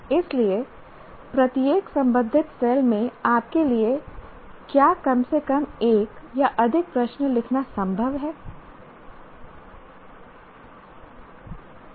इसलिए प्रत्येक संबंधित सेल में आपके लिए क्या कम से कम एक या अधिक प्रश्न लिखना संभव है